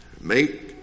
Make